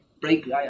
break